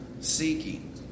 seeking